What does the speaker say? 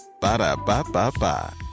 Ba-da-ba-ba-ba